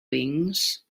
wings